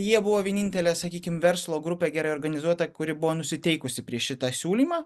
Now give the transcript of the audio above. jie buvo vienintelė sakykim verslo grupė gerai organizuota kuri buvo nusiteikusi prieš šitą siūlymą